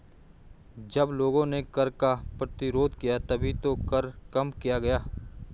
जब लोगों ने कर का प्रतिरोध किया तभी तो कर कम किया गया